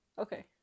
Okay